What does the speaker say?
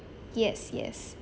yes yes